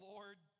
Lord